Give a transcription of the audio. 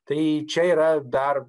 tai čia yra dar